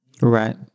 Right